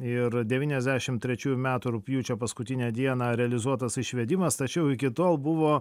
ir devyniasdešimt trečiųjų metų rugpjūčio paskutinę dieną realizuotas išvedimas tačiau iki tol buvo